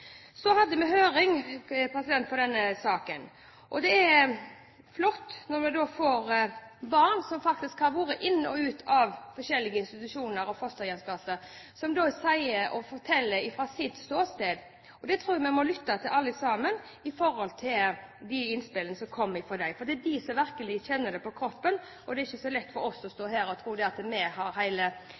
Så hadde vi høring om denne saken. Det er flott når barn som faktisk har vært inn og ut av forskjellige institusjoner og fosterhjemsplasser, forteller fra sitt ståsted. Jeg tror vi alle sammen må lytte til de innspillene som kommer fra dem, for det er de som virkelig kjenner det på kroppen. Det er ikke så lett for oss å vite alt om dette, men vi skal lytte til de barna som faktisk har